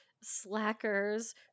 slackers